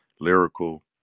lyrical